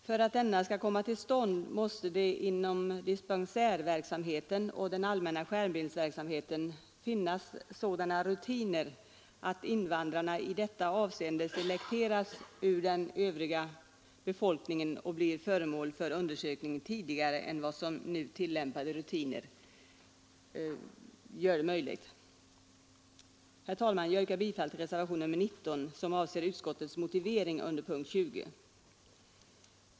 För att denna skall komma till stånd måste det inom dispensärverksamheten och den allmänna skärmbildsverksamheten finnas sådana rutiner att invandrarna i detta avseende selekteras ur den övriga befolkningen och blir föremål för undersökning tidigare än vad nu tillämpade rutiner gör möjligt. Herr talman! Jag yrkar bifall till reservationen 19 som avser utskottets motivering under punkten 20.